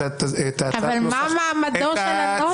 הצעת הנוסח -- אבל מה מעמדו של הנוסח?